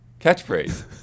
Catchphrase